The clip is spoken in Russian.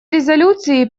резолюции